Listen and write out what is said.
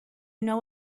know